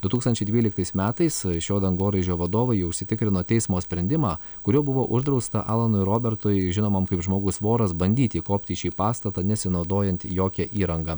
du tūkstančiai dvyliktais metais šio dangoraižio vadovai jau užsitikrino teismo sprendimą kuriuo buvo uždrausta alanui robertui žinomam kaip žmogus voras bandyti įkopti į šį pastatą nesinaudojant jokia įranga